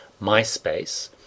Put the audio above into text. MySpace